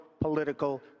political